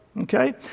okay